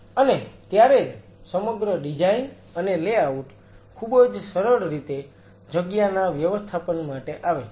અને ત્યારે જ સમગ્ર ડિઝાઈન અને લેઆઉટ ખૂબ જ સરળરીતે જગ્યાના વ્યવસ્થાપન માટે આવે છે